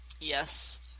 Yes